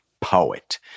poet